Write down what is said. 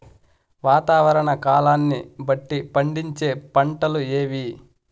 వాతావరణ కాలాన్ని బట్టి పండించే పంటలు ఏవి?